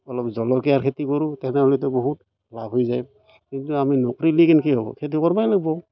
অলপ জলকীয়াৰ খেতি কৰোঁ তেনেহ'লেতো বহুত লাভ হৈ যায় কিন্তু আমি নকৰিলে কেনেকৈ হ'ব খেতি কৰিবই লাগিব